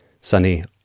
Sunny